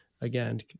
Again